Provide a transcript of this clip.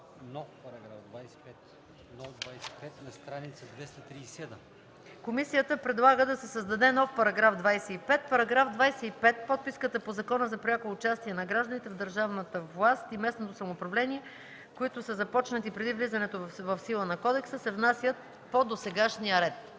ДОКЛАДЧИК МАЯ МАНОЛОВА: Комисията предлага да се създаде нов § 25: „§ 25. Подписките по Закона за пряко участие на гражданите в държавната власт и местното самоуправление, които са започнати преди влизането в сила на кодекса, се внасят по досегашния ред.”